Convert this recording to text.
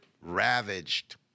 ravaged